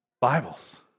Bibles